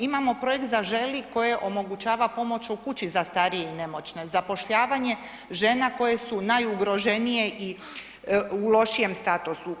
Imamo projekt Zaželi koje omogućava pomoć u kući za starije i nemoćne, zapošljavanje žena koje su najugroženije i u lošijem statusu.